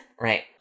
Right